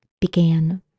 began